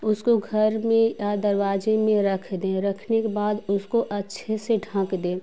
उसको घर में या दरवाजे में रख दें रखने के बाद उसको अच्छे से ढँक दें